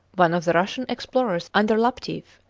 one of the russian explorers under laptieff,